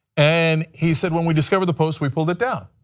and he said when we discovered the post we pulled it down.